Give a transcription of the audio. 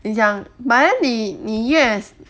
你想 by then 你你越